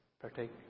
Partake